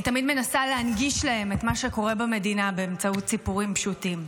אני תמיד מנסה להנגיש להם את מה שקורה במדינה באמצעות סיפורים פשוטים.